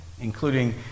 including